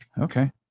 okay